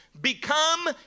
become